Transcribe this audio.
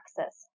access